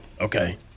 Okay